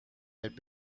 had